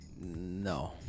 No